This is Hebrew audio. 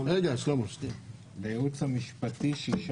לייעוץ המשפטי שש